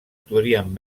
podrien